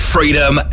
Freedom